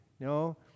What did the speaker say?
No